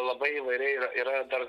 labai įvairiai ir yra dar